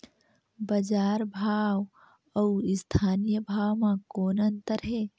बजार भाव अउ स्थानीय भाव म कौन अन्तर हे?